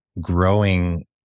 growing